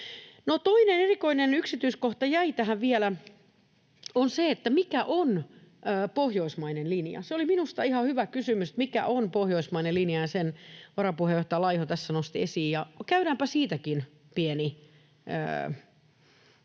toinen erikoinen yksityiskohta jäi tähän vielä. Se on se, että mikä on pohjoismainen linja. Se oli minusta ihan hyvä kysymys, että mikä on pohjoismainen linja. Sen varapuheenjohtaja Laiho tässä nosti esiin, ja käydäänpä siitäkin pieni katsaus,